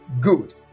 good